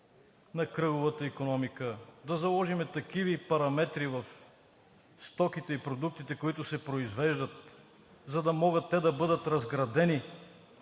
на кръговата икономика – да заложим такива параметри в стоките и продуктите, които се произвеждат, за да могат да бъдат разградени